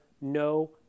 no